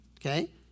Okay